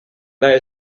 that